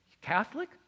Catholic